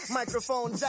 microphone